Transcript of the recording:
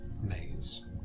maze